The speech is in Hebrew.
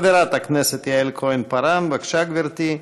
חברת הכנסת יעל כהן-פארן, בבקשה, גברתי.